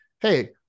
hey